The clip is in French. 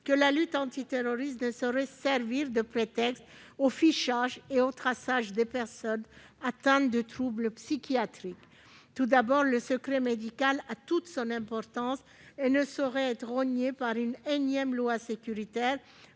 que la lutte antiterroriste ne doit pas servir de prétexte au fichage et au traçage des personnes atteintes de troubles psychiatriques. Tout d'abord, le secret médical a toute son importance et ne saurait être rogné par une énième loi sécuritaire.